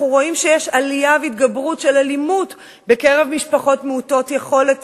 אנחנו רואים שיש עלייה והתגברות של אלימות בקרב משפחות מעוטות יכולת,